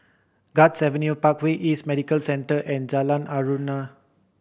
Guards Avenue Parkway East Medical Centre and Jalan Aruan